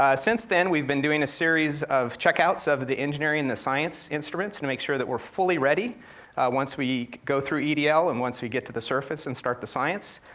ah since then, we've been doing a series of checkouts of of the engineering, the science instruments to make sure that we're fully ready once we go through edl and once we get to the surface and start the science.